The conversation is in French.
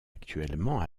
actuellement